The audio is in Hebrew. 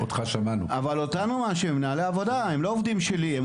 אבל אותנו מאשימים, את מנהלי העבודה.